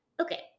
Okay